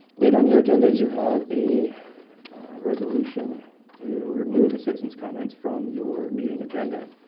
later on your agenda, you have a resolution to remove the citizens comments from your meeting agenda.